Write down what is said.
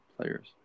players